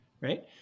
right